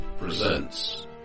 presents